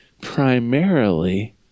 primarily